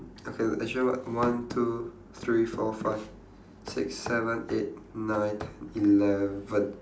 okay wait actually what one two three four five six seven eight nine ten eleven